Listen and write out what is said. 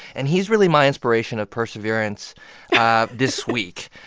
and he's really my inspiration of perseverance this week.